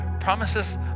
promises